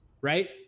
right